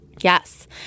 Yes